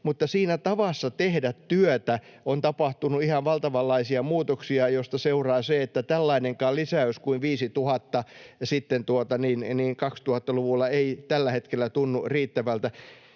Mutta siinä tavassa tehdä työtä on tapahtunut ihan valtavanlaisia muutoksia, joista seuraa, että tällainenkaan lisäys kuin 5 000 nyt 2000-luvulla ei tällä hetkellä tunnu riittävältä.